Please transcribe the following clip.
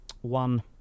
one